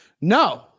No